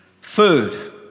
food